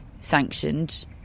sanctioned